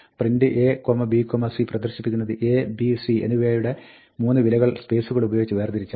'printa b c' പ്രദർശിപ്പിക്കുന്നത് a b c എന്നിവയുടെ 3 വിലകൾ സ്പേസുകളുപയോഗിച്ച് വേർതിരിച്ചാണ്